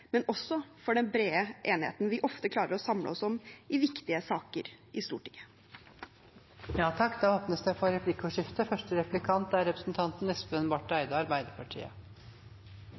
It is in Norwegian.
men også for den brede enigheten vi ofte klarer å samle oss om i viktige saker i Stortinget. Det blir replikkordskifte. Når det gjelder norsk eksport av olje og gass, er